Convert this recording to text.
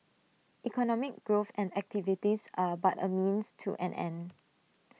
economic growth and activities are but A means to an end